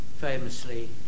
famously